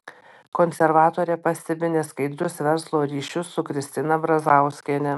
konservatorė pastebi neskaidrius verslo ryšius su kristina brazauskiene